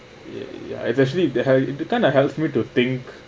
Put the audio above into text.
ya it's actually that help it kind of helps me to think